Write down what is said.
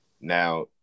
Now